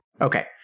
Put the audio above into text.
Okay